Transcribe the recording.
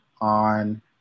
on